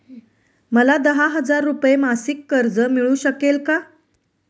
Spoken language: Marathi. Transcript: मला दहा हजार रुपये मासिक कर्ज मिळू शकेल का?